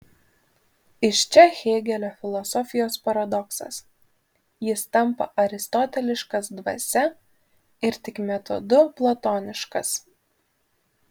iš čia hėgelio filosofijos paradoksas jis tampa aristoteliškas dvasia ir tik metodu platoniškas